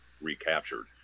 recaptured